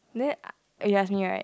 then uh you ask me right